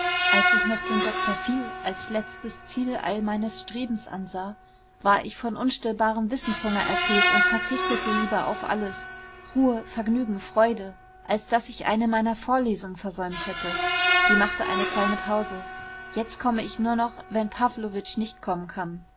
als ich noch den dr phil als letztes ziel all meines strebens ansah war ich von unstillbarem wissenshunger erfüllt und verzichtete lieber auf alles ruhe vergnügen freude als daß ich eine meiner vorlesungen versäumt hätte sie machte eine kleine pause jetzt komme ich nur noch wenn pawlowitsch nicht kommen kann